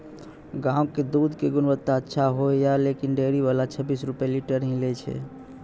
गांव के दूध के गुणवत्ता अच्छा होय या लेकिन डेयरी वाला छब्बीस रुपिया लीटर ही लेय छै?